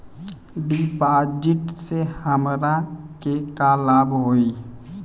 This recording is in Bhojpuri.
डिपाजिटसे हमरा के का लाभ होई?